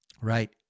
right